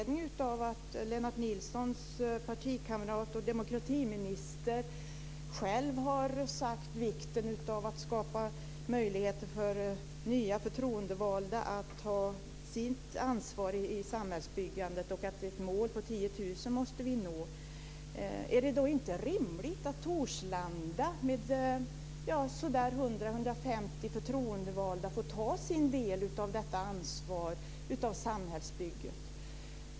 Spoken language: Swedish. Nilssons partikamrat, demokratiministern, själv har talat om vikten av att skapa möjligheter för nya förtroendevalda att ta sitt ansvar i samhällsbyggandet och att man måste nå ett mål på 10 000. Är det då inte rimligt att Torslanda med sådär 100-150 förtroendevalda får ta sin del av detta ansvar, av samhällsbygget?